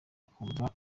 akumva